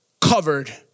covered